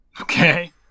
Okay